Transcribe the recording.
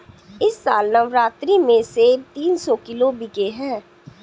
इस साल नवरात्रि में सेब तीन सौ किलो बिके हैं